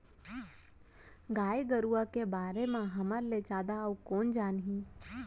गाय गरूवा के बारे म हमर ले जादा अउ कोन जानही